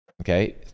Okay